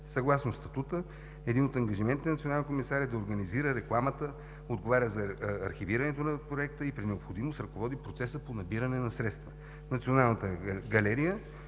Съгласно Статута един от ангажиментите на националния комисар е да организира рекламата, отговаря за архивирането на проекта и, при необходимост, ръководи процеса по набиране на средства.